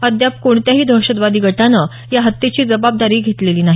अद्याप कोणत्याही दहशतवादी गटानं या हत्येची जबाबदारी घेतलेली नाही